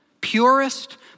purest